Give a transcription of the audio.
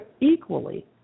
equally